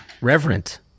Reverent